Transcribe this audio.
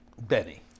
Benny